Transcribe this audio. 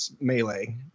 melee